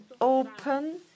open